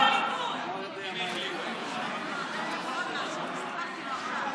חברת הכנסת שטרית, אני קורא אותך לסדר פעם שנייה.